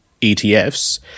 ETFs